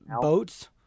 boats